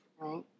Right